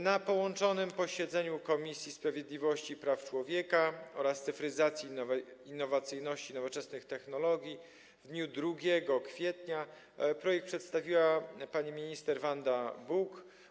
Na posiedzeniu połączonych Komisji: Sprawiedliwości i Praw Człowieka oraz Cyfryzacji, Innowacyjności i Nowoczesnych Technologii w dniu 2 kwietnia projekt przedstawiła pani minister Wanda Buk.